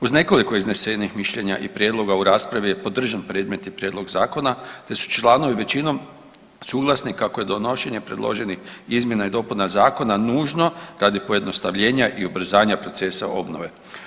Uz nekoliko iznesenih mišljenja i prijedloga u raspravi je podržan predmetni prijedlog zakona te su članovi većinom suglasni kako je donošenje predloženih izmjena i dopuna zakona nužno radi pojednostavljenja i ubrzanja procesa obnove.